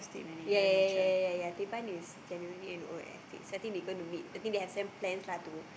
ya ya ya ya ya ya Teban is generally an old estate so I think they going to meet I think they have some plans lah to move